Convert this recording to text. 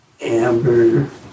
Amber